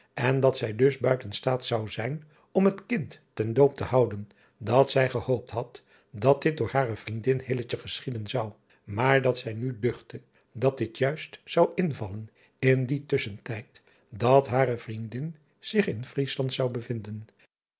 en dat zij dus buiten staat zou zijn om het kind ten doop te houden dat zij gehoopt had dat dit door hare vriendin geschieden zou maar dat zij nu duchtte dat dit juist zou invallen in dien tusschentijd dat hare vriendin zich in riesland zou bevinden